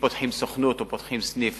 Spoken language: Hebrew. סניף